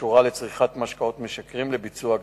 הקשורה לצריכת משקאות משכרים ולביצוע גנבות.